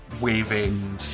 waving